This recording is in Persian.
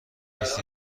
مثل